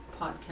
Podcast